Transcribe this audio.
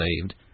saved